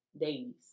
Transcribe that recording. days